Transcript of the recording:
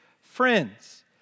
friends